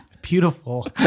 Beautiful